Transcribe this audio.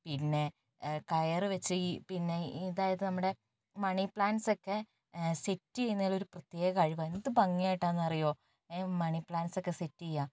പിന്നെ കയറുവച്ച് ഇ പിന്നെ അതായിത് നമ്മടെ മണിപ്ലാൻറ്സ് ഒക്കെ സെറ്റ് ചെയ്യുന്നതില് ഒരു പ്രത്യേക കഴിവാണ് എന്ത് ഭംഗിയായിട്ടാന്നറിയോ മണിപ്ലാൻറ്സ് ഒക്കെ സെറ്റ് ചെയ്യുക